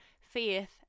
faith